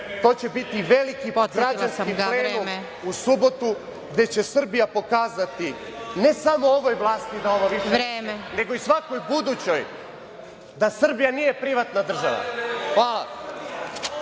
to će biti veliki građanski plenum u subotu, gde će Srbija pokazati, ne samo ovoj vlasti da ovo više ne može, nego i svakoj budućoj, da Srbija nije privatna država. Hvala.